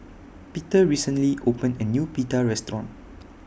Peter recently opened A New Pita Restaurant